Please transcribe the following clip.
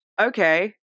Okay